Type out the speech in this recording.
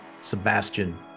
Sebastian